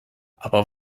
aber